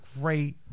great